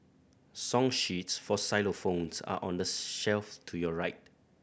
song sheets for xylophones are on the shelf to your right